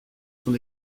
son